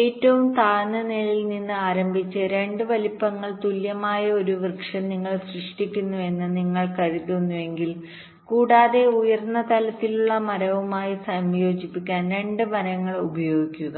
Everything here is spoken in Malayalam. ഏറ്റവും താഴ്ന്ന നിലയിൽ നിന്ന് ആരംഭിച്ച് 2 വലുപ്പങ്ങൾ തുല്യമായ ഒരു വൃക്ഷം നിങ്ങൾ സൃഷ്ടിക്കുന്നുവെന്ന് നിങ്ങൾ കരുതുന്നുവെങ്കിൽ കൂടാതെ ഉയർന്ന തലത്തിലുള്ള മരവുമായി സംയോജിപ്പിക്കാൻ 2 മരങ്ങൾ ഉപയോഗിക്കുക